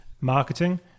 marketing